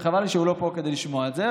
וחבל לי שהוא לא פה כדי לשמוע את זה,